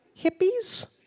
hippies